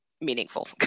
meaningful